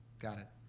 got it.